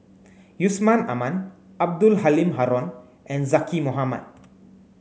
Yusman Aman Abdul Halim Haron and Zaqy Mohamad